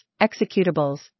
executables